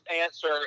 answer